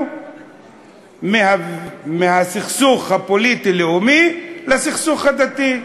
מהסכסוך הפוליטי-לאומי לסכסוך הדתי.